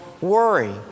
worry